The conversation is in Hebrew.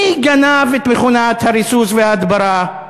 מי גנב את מכונת הריסוס וההדברה?